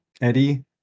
Eddie